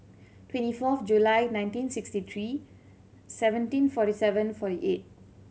twenty fourth July nineteen sixty three seventeen forty seven forty eight